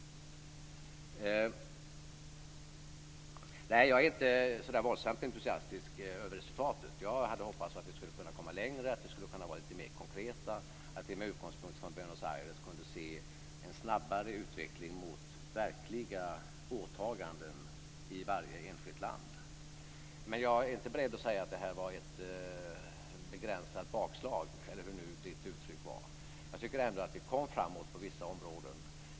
Nej, jag är inte så våldsamt entusiastisk över resultatet. Jag hade hoppats att vi skulle kunna komma längre och att vi skulle kunna vara lite mer konkreta och med utgångspunkt från Buenos Aires se en snabbare utveckling mot verkliga åtaganden i varje enskilt land. Men jag är inte beredd att säga att det var ett begränsat bakslag, eller hur nu Birger Schlaugs uttryck var. Jag tycker ändå att vi kom framåt på vissa områden.